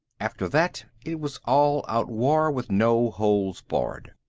after that it was all out war, with no holds barred.